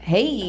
Hey